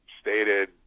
stated